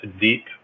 deep